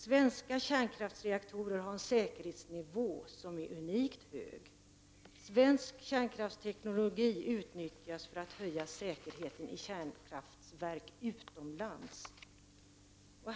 Svenska kärnkraftsreaktorer har en säkerhetsnivå som är unikt hög. Svensk kärnkraftsteknologi utnyttjas för att höja säkerheten i kärnkraftverk utomlands.